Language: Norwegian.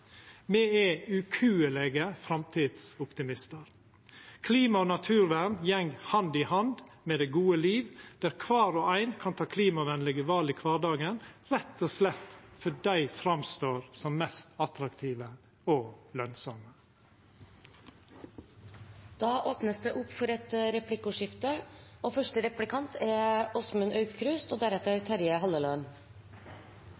Me er ukuelege framtidsoptimistar. Klima og naturvern går hand i hand med det gode liv. Kvar og ein kan ta klimavenlege val i kvardagen, rett og slett fordi dei framstår som mest attraktive og lønsame. Det blir replikkordskifte. Det var rørende å høre Terje Breivik bruke mesteparten av sitt innlegg på å skryte av Fremskrittspartiet. Til og